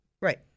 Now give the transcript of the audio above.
Right